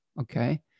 okay